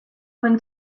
when